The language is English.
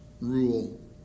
rule